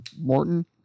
Morton